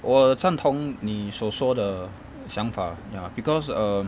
我赞同你所说的想法 ya because um